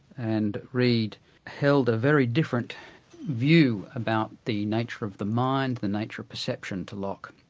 and reid held a very different view about the nature of the mind, the nature of perception to locke.